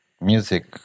music